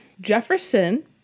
Jefferson